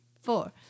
four